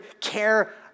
care